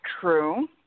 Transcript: True